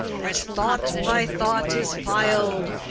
as thought by thought is piled,